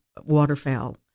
waterfowl